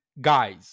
guys